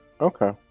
Okay